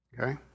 Okay